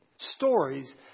stories